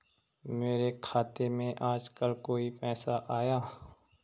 मेरे खाते में आजकल कोई पैसा आया?